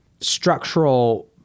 structural